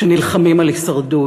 שנלחמים על הישרדות.